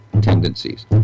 tendencies